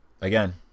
again